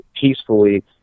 peacefully